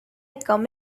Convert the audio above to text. come